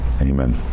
Amen